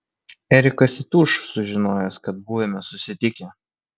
erikas įtūš sužinojęs kad buvome susitikę